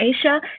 Asia